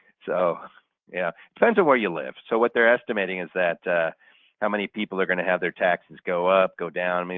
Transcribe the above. so yeah depends on where you live. so what they're estimating is that how many people are going to have their taxes go up, go down. i mean